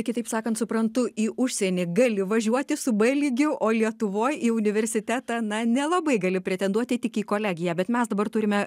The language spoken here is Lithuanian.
kitaip sakant suprantu į užsienį gali važiuoti su b lygiu o lietuvoj į universitetą na nelabai gali pretenduoti tik į kolegiją bet mes dabar turime